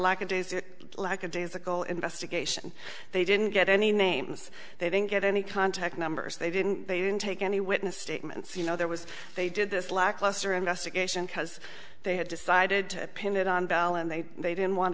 days lackadaisical investigation they didn't get any names they didn't get any contact numbers they didn't they didn't take any witness statements you know there was they did this lackluster investigation because they had decided to pin it on bell and they they didn't want